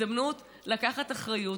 הזדמנות לקחת אחריות,